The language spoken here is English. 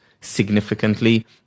significantly